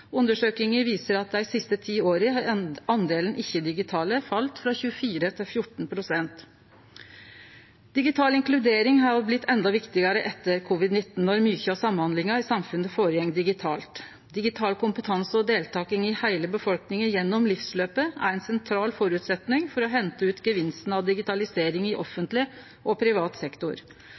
Undersøkinga viser at i dei siste ti åra har andelen ikkje-digitale falle frå 24 pst. til 14 pst. Digital inkludering har òg blitt endå viktigare etter covid-19 når mykje av samhandlinga i samfunnet går føre seg digitalt. Digital kompetanse og deltaking i heile befolkninga gjennom livsløpet er ein sentral føresetnad for å hente ut gevinsten av digitalisering i offentleg og privat sektor.